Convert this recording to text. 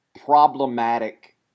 problematic